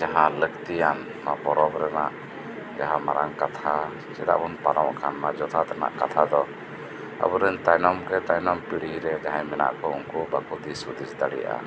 ᱡᱟᱦᱟᱸ ᱞᱟᱹᱠᱛᱤᱭᱟᱱ ᱚᱱᱟ ᱯᱚᱨᱚᱵᱽ ᱨᱮᱱᱟᱜ ᱡᱟᱦᱟᱸ ᱢᱟᱨᱟᱝ ᱠᱟᱛᱷᱟ ᱪᱮᱫᱟᱜ ᱵᱩᱱ ᱢᱟᱱᱟᱣᱮᱫ ᱠᱟᱱ ᱡᱚᱛᱷᱟᱛ ᱫᱚ ᱟᱵᱩᱨᱮᱱ ᱛᱟᱭᱱᱚᱢ ᱠᱮ ᱛᱟᱭᱱᱚᱢ ᱯᱤᱲᱦᱤ ᱨᱮ ᱛᱟᱦᱮᱱ ᱨᱮᱱᱟᱜᱠᱩ ᱩᱱᱠᱩ ᱵᱟᱠᱩ ᱫᱤᱥ ᱦᱩᱫᱤᱥ ᱫᱟᱲᱮᱭᱟᱜᱼᱟ